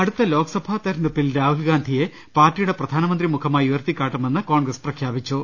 അടുത്ത ലോക്സഭാ തെരഞ്ഞെടുപ്പിൽ രാഹുൽഗാന്ധിയെ പാർട്ടിയുടെ പ്രധാനമന്ത്രി മുഖമായി ഉയർത്തിക്കാട്ടുമെന്ന് കോൺഗ്രസ് പ്രഖ്യാപിച്ചു